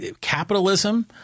capitalism